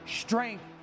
strength